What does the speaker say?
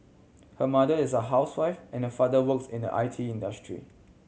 her mother is a housewife and her father works in the I T industry